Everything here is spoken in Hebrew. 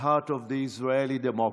the heart of Israeli democracy,